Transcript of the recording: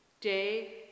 day